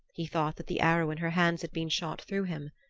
he thought that the arrow in her hands had been shot through him.